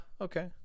okay